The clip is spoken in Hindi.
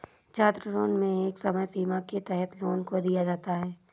छात्रलोन में एक समय सीमा के तहत लोन को दिया जाता है